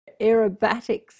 aerobatics